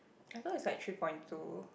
I thought is like three point two